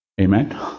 Amen